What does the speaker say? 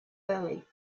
early